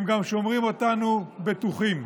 הם גם שומרים אותנו בטוחים.